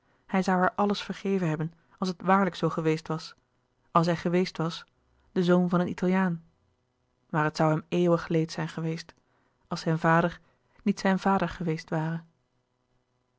hij zoû haar alles vergeven hebben als het waarlijk zoo geweest was als hij geweest was de zoon van een italiaan maar het zoû hem een eeuwig leed zijn geweest als zijn vader niet zijn vader geweest ware